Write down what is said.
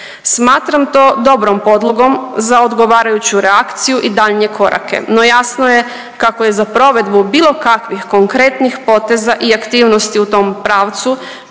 Smatram to dobrom podlogom za odgovarajuću reakciju i daljnje korake. No, jasno je kako je za provedbu bilo kakvih konkretnih poteza i aktivnosti u tom pravcu